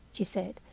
she said.